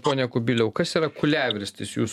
pone kubiliau kas yra kūliavirstis jūs